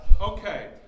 Okay